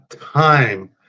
time